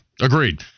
Agreed